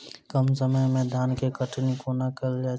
कम समय मे धान केँ कटनी कोना कैल जाय छै?